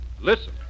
Listen